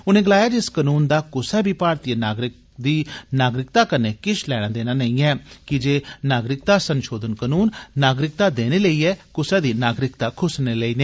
उनें गलाया जे इस कनून दा कुसै बी भारतीय दी नागरिकता कन्नै किष लैना देना नेई ऐ कीजे नागरिकता संषोधन कनून नागरिक्ता देने लेई ऐ कुसै दी नागरिक्ता खुस्सने लेई नेई